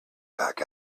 back